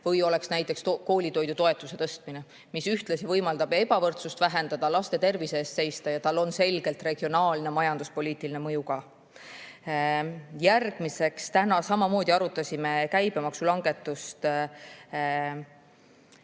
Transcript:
või oleks see näiteks koolitoidutoetuse tõstmine, mis võimaldaks ebavõrdsust vähendada, laste tervise eest seista ja sel oleks selgelt regionaalne majanduspoliitiline mõju ka. Järgmiseks: täna me samamoodi arutasime käibemaksu langetust